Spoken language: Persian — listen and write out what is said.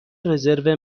رزرو